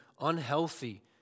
unhealthy